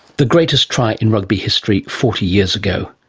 the greatest try in rugby history, forty years ago.